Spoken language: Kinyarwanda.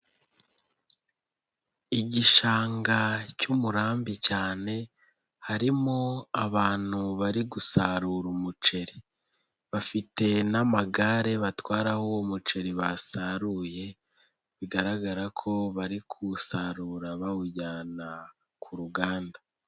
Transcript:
Igishanga cy'umurambi cyane harimo abantu bari gusarura umuceri, bafite n'amagare batwararaho uwo muceri basaruye bigaragara ko bari kuwusarura bawujyana ku ruganda.